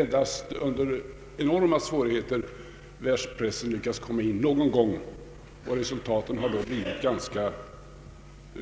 Endast med enorma svårigheter har världspressen lyckats komma in någon gång, och resultaten har då blivit ganska